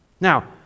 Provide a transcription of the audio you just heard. Now